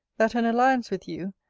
that an alliance with you,